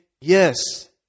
Yes